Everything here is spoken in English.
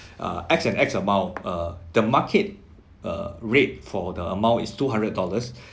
uh X and X amount uh the market uh rate for the amount is two hundred dollars